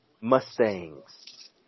Mustangs